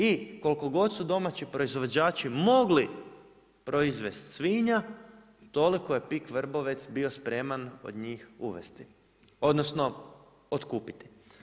I koliko god su domaći proizvođači mogli proizvesti svinja toliko je PIK Vrbovec bio spreman od njih uvesti, odnosno otkupiti.